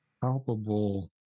palpable